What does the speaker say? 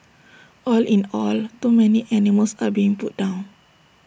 all in all too many animals are being put down